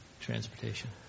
transportation